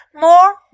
More